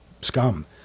scum